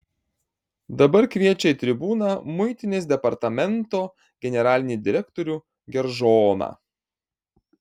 dabar kviečia į tribūną muitinės departamento generalinį direktorių geržoną